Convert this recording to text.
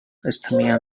isthmian